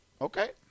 Okay